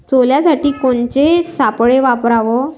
सोल्यासाठी कोनचे सापळे वापराव?